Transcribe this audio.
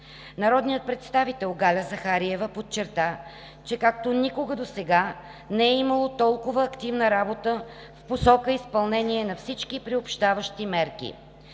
Народният представител Галя Захариева подчерта, че както никога досега не е имало толкова активна работа в посока изпълнение на всички приобщаващи мерки.